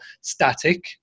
static